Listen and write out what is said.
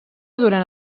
durant